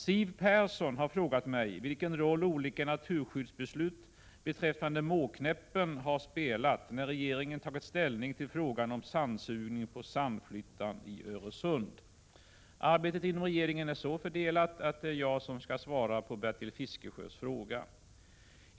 Siw Persson har frågat mig vilken roll olika naturskyddsbeslut beträffande Måkläppen har spelat, när regeringen tagit ställning till frågan om sandsugning på Sandflyttan i Öresund. Arbetet inom regeringen är så fördelat att det är jag som skall svara på Bertil Fiskesjös fråga.